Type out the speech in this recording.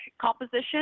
composition